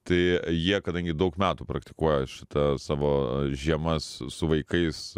tai jie kadangi daug metų praktikuoja šitą savo žiemas su vaikais